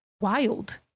wild